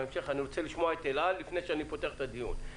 בהמשך אני רוצה לשמוע את אל על לפני שאני פותח את הדיון.